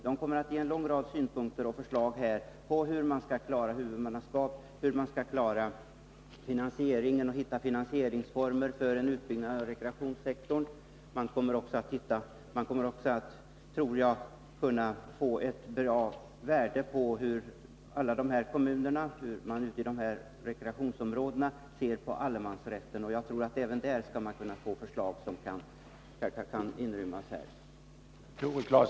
Man kommer att ge en lång rad synpunkter på bl.a. hur vi skall klara huvudmannaskap och hitta finansieringsformer för en utbyggnad av rekreationssektorn. Vi kommer också att kunna få belyst hur berörda kommuner i rekreationsområdena ser på allemansrätten. Även i det avseendet tror jag att vi kan få förslag som kan vara värdefulla i detta sammanhang.